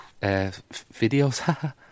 videos